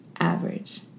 average